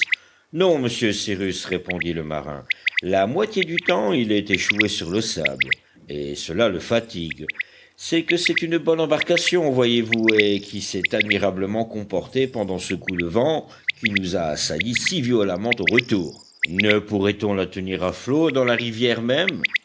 non monsieur cyrus répondit le marin la moitié du temps il est échoué sur le sable et cela le fatigue c'est que c'est une bonne embarcation voyez-vous et qui s'est admirablement comportée pendant ce coup de vent qui nous a assaillis si violemment au retour ne pourrait-on la tenir à flot dans la rivière même